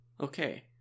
Okay